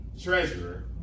treasurer